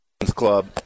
Club